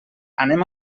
anem